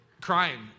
crying